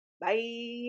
Bye